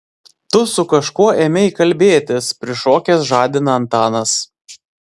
tu su kažkuo ėmei kalbėtis prišokęs žadina antanas